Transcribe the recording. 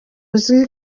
uzwi